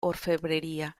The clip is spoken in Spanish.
orfebrería